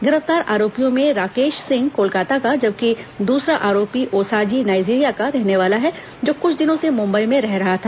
गिरफ्तार आरोपियों में राकेश सिंह कोलकाता का जबकि दूसरा आरोपी ओसाजी नाइजीरिया का रहने वाला है जो कुछ दिनों से मुंबई में रह रहा था